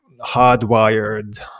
hardwired